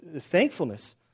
thankfulness